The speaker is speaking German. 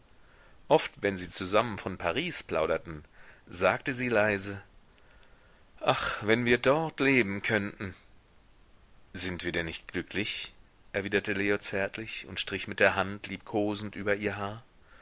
oft wenn sie zusammen von paris plauderten sagte sie leise ach wenn wir dort leben könnten sind wir denn nicht glücklich erwiderte leo zärtlich und strich mit der hand liebkosend über ihr haar